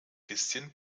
bisschen